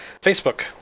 Facebook